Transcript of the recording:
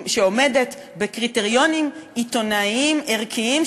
שעומדת בקריטריונים עיתונאיים ערכיים,